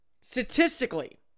statistically